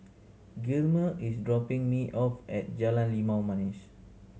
Gilmer is dropping me off at Jalan Limau Manis